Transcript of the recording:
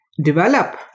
develop